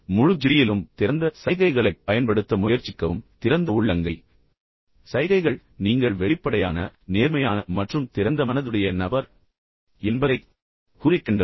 முழு ஜிடியிலும் திறந்த சைகைகளைப் பயன்படுத்த முயற்சிக்கவும் குறிப்பாக திறந்த உள்ளங்கை சைகைகள் நீங்கள் மிகவும் வெளிப்படையான மற்றும் நேர்மையான மற்றும் திறந்த மனதுடைய நபர் என்பதைக் குறிக்கின்றன